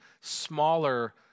smaller